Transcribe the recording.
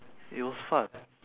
it was fun